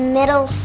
middle